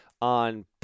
On